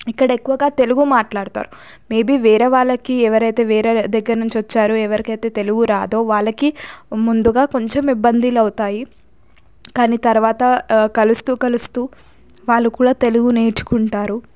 ఇక్కడ ఎక్కువగా తెలుగు మాట్లాడతారు మేబి వేరే వాళ్ళకి ఎవరైతే వేరే దగ్గర నుంచి వచ్చారో ఎవరికైతే తెలుగు రాదో వాళ్ళకి ముందుగా కొంచెం ఇబ్బందులు అవుతాయి కానీ తర్వాత కలుస్తూ కలుస్తూ వాళ్ళు కూడా తెలుగు నేర్చుకుంటారు